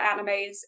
animes